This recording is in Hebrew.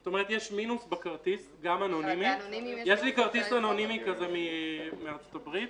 זאת אומרת, יש לי כרטיס אנונימי כזה מארצות הברית